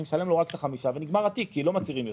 אני משלם רק את החמישה ונגמר התיק כי לא מצהירים יותר.